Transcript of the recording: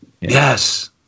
Yes